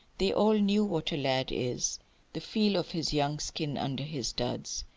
they all knew what a lad is the feel of his young skin under his duds,